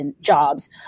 jobs